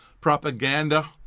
Propaganda